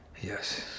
yes